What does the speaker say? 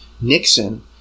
Nixon